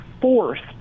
forced